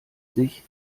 sich